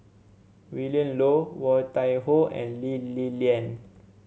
Willin Low Woon Tai Ho and Lee Li Lian